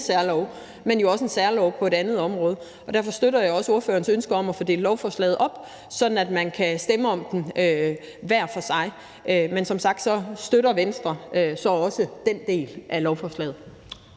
Ukrainesærlov, men også en særlov på et andet område. Og derfor støtter jeg også ordførerens ønske om at få delt lovforslaget op, sådan at man kan stemme om det hver for sig. Men som sagt støtter Venstre så også den del af lovforslaget.